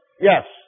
Yes